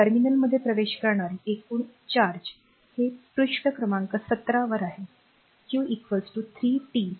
टर्मिनलमध्ये प्रवेश करणारे एकूण चार्ज हे पृष्ठ क्रमांक 17 वर आहे